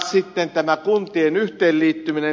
sitten tämä kuntien yhteenliittyminen